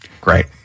great